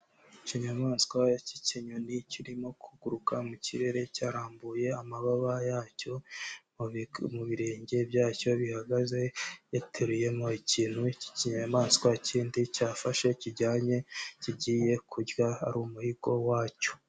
Ikinyamaswa cy'ikinyoni kirimo kuguruka mu kirere, cyarambuye amababa yacyo, mu birenge byacyo bihagaze, yateruyemo ikintu cy'ikinyamaswa kindi, cyafashe kijyanye kigiye kurya ari umuhigo wacyo.